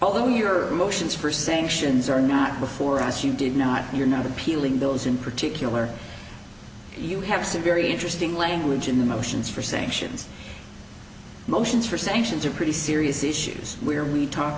although your motions for sanctions are not before as you did not you're not appealing bills in particular you have severely interesting language in the motions for sanctions motions for sanctions are pretty serious issues where we talk